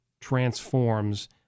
transforms